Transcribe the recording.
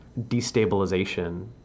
destabilization